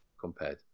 compared